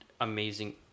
amazing